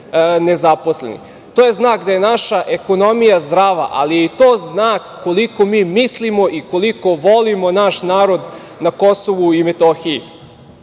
To je znak da je naša ekonomija zdrava, ali je to i znak koliko mi mislimo i koliko volimo naš narod na Kosovu i Metohiji. Znate,